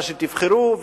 מה שתבחרו.